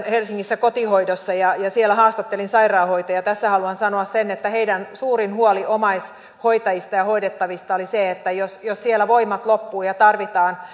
helsingissä kotihoidossa ja siellä haastattelin sairaanhoitajia tässä haluan sanoa sen että heidän suurin huolensa omaishoitajista ja hoidettavista oli se että jos siellä voimat loppuvat ja tarvitaan